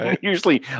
Usually